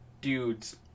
dudes